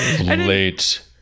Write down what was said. Late